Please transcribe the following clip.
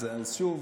אז שוב,